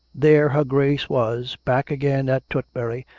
there her grace was, back again at tutbury,